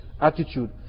attitude